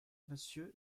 monsieur